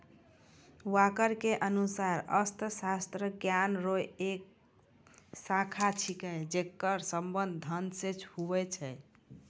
walker के अनुसार अर्थशास्त्र ज्ञान रो एक शाखा छिकै जेकर संबंध धन से हुवै छै